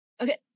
Okay